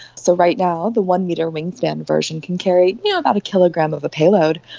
so right now the one-metre wingspan version can carry you know about a kilogram of a payload,